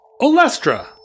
Olestra